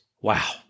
Wow